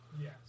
Yes